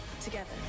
together